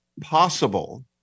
possible